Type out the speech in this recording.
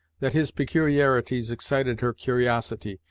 that his peculiarities excited her curiosity,